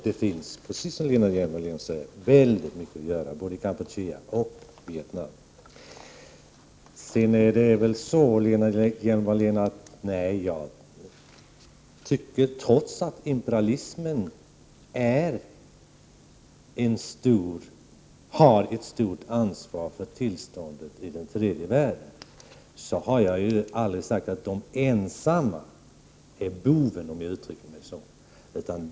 Det finns, precis som Lena Hjelm-Wallén säger, oerhört mycket att göra både i Kampuchea och Vietnam. Imperialismen har ett stort ansvar för tillståndet i tredje världen. Trots detta har jag aldrig sagt att imperialismen ensam är boven, om jag uttrycker mig så.